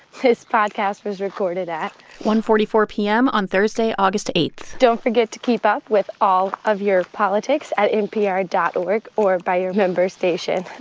this podcast was recorded at. one forty four p m. on thursday, august eight point don't forget to keep up with all of your politics at npr dot org or by your member station.